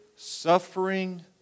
suffering